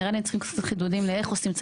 נראה לי הם צריכים קצת חידודים לאיך עושים.